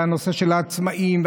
והנושא של העצמאים,